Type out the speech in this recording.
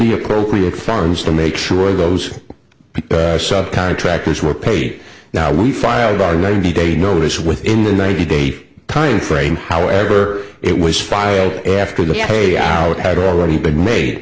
the appropriate funds to make sure those contractors were paid now we filed our ninety day notice within the ninety day timeframe however it was filed after the payout had already been made